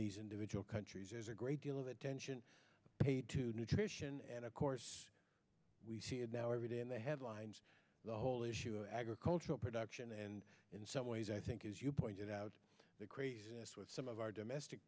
these individual countries is a great deal of attention paid to nutrition and of course we see it now every day in the headlines the whole issue of agricultural production and in some ways i think as you pointed out there some of our domestic